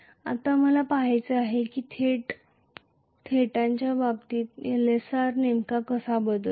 आता मला पहायचे आहे की थिटाच्या बाबतीत Lsr नेमका कसा बदलतो